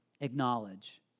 Acknowledge